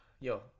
Yo